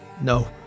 No